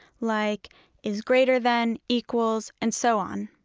like is greater than equals and so on.